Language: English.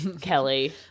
Kelly